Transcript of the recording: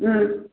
ꯎꯝ